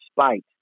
spite